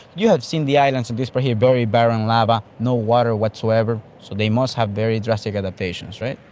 you have seen the islands of this part here, very barren lava, no water whatsoever, so they must have very drastic adaptations, right?